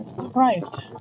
surprised